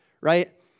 right